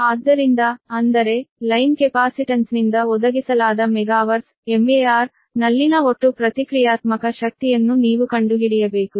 ಆದ್ದರಿಂದ ಅಂದರೆ ಲೈನ್ ಕೆಪಾಸಿಟನ್ಸ್ನಿಂದ ಒದಗಿಸಲಾದ ಮೆಗಾವರ್ಸ್ ಎಂವಿಎಆರ್ ನಲ್ಲಿನ ಒಟ್ಟು ಪ್ರತಿಕ್ರಿಯಾತ್ಮಕ ಶಕ್ತಿಯನ್ನು ನೀವು ಕಂಡುಹಿಡಿಯಬೇಕು